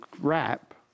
wrap